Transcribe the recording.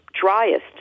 driest